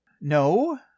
No